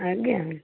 ଆଜ୍ଞା